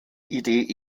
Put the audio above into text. idee